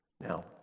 Now